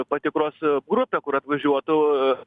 patikros grupę kur atvažiuotų